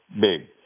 big